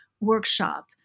workshop